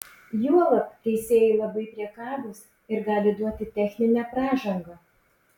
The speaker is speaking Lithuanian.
juolab teisėjai labai priekabūs ir gali duoti techninę pražangą